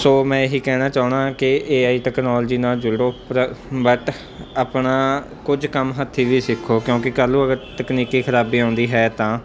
ਸੋ ਮੈਂ ਇਹੀ ਕਹਿਣਾ ਚਾਹੁੰਦਾ ਕਿ ਏਆਈ ਟੈਕਨੋਲੋਜੀ ਨਾਲ ਜੁੜੋ ਬਟ ਆਪਣਾ ਕੁਝ ਕੰਮ ਹੱਥੀਂ ਵੀ ਸਿੱਖੋ ਕਿਉਂਕਿ ਕੱਲ੍ਹ ਨੂੰ ਅਗਰ ਤਕਨੀਕੀ ਖਰਾਬੀ ਆਉਂਦੀ ਹੈ ਤਾਂ